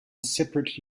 separate